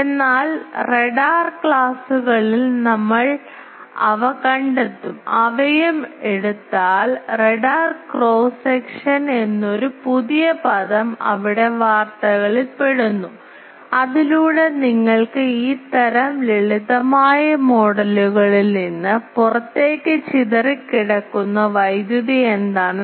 അതിനാൽ റഡാർ ക്ലാസുകളിൽ ഞങ്ങൾ അവ കണ്ടെത്തും അവയും എടുത്താൽ റഡാർ ക്രോസ് സെക്ഷൻ എന്നൊരു പുതിയ പദം അവിടെ വാർത്തകളിൽ പെടുന്നു അതിലൂടെ നിങ്ങൾക്ക് ഈ തരം ലളിതമായ മോഡലുകളിൽ നിന്ന് പുറത്തേക്ക് ചിതറിക്കിടക്കുന്ന വൈദ്യുതി എന്താണ്